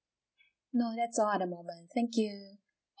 no that's all at the moment thank you